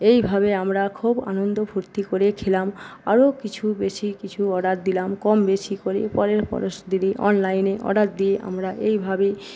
এইভাবে আমরা খুব আনন্দ ফুর্তি করে খেলাম আরও কিছু বেশী কিছু অর্ডার দিলাম কম বেশী করে পরের পরের দিনই অনলাইনে অর্ডার দিয়ে আমরা এইভাবেই